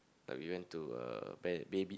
like we went to uh bad baby